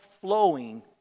flowing